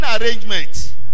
arrangement